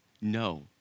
no